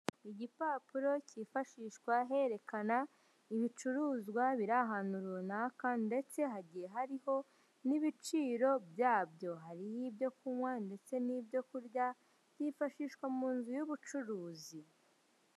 Igipapuro kifashishwa herekanwa ibicuruzwa biri ahantu runaka ndetse hagiye hariho n'ibiciro byabyo hariho ibyo kunkwa n'ibyo kurya cyifashishwa munzu y'ubucuruzi.